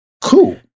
Cool